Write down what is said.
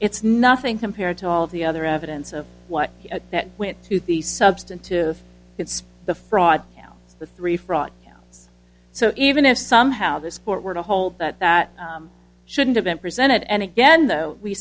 it's nothing compared to all of the other evidence of what that went to the substantive it's the fraud it's the three fraud so even if somehow this court were to hold that that shouldn't have been presented and again though we